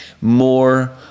More